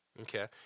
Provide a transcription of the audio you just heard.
Okay